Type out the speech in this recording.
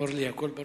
אורלי, הכול ברור?